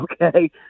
Okay